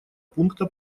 пункта